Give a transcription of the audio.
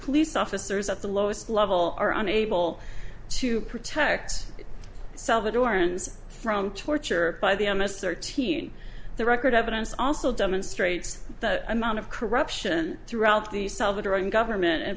police officers at the lowest level are unable to protect salvadorans from torture by the imus thirteen the record evidence also demonstrates the amount of corruption throughout the salvadoran government and